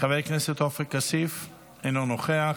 חבר הכנסת עופר כסיף, אינו נוכח.